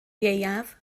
ieuaf